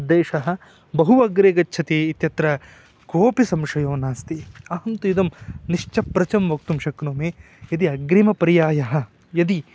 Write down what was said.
देशः बहु अग्रे गच्छति इत्यत्र कोपि संशयो नास्ति अहं तु इदं निश्चप्रञ्च वक्तुं शक्नोमि यदि अग्रिमपर्यायः यदि